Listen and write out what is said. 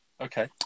Okay